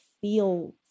feel